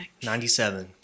97